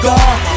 God